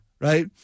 right